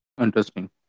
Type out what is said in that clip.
Interesting